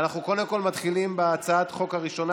אנחנו קודם כול מתחילים בהצעת החוק הראשונה,